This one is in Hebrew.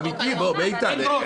אמיתי, איתן.